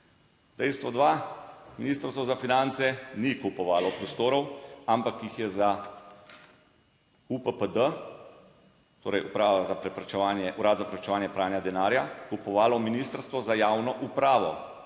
Dejstvo dva, Ministrstvo za finance ni kupovalo prostorov, ampak jih je za UPPD, torej Urad za preprečevanje pranja denarja, kupovalo ministrstvo za javno upravo.